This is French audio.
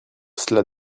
cela